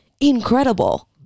incredible